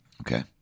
Okay